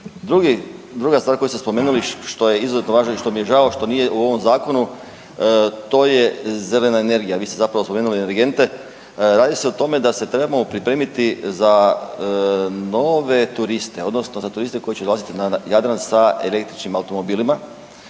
Druga stvar koju ste spomenuli što je izuzetno važno i što mi je žao što nije u ovom zakonu, to je zelena energija, vi ste zapravo spomenuli energente. Radi se o tome da se trebamo pripremiti za nove turiste odnosno za turiste koji će dolaziti na Jadran sa električnim automobilima